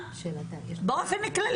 בכלל.